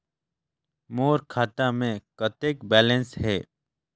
मोर खाता मे कतेक बैलेंस हे?